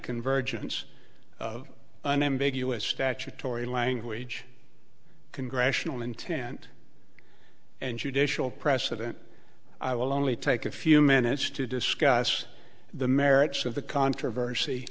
convergence of an ambiguous statutory language congressional intent and judicial precedent i will only take a few minutes to discuss the merits of the controversy